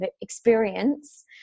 experience